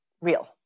real